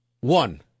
One